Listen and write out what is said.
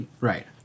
Right